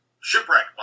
Shipwreck